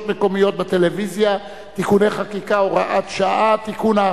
מקומיות בטלוויזיה) (תיקוני חקיקה) (הוראות שעה) (תיקון,